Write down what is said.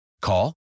Call